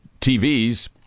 tvs